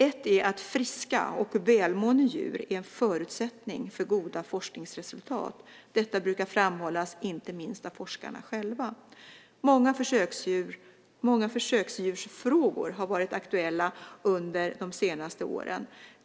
Ett är att friska och välmående djur är en förutsättning för goda forskningsresultat. Detta brukar framhållas, inte minst av forskarna själva. Många försöksdjursfrågor har varit aktuella under de senaste åren.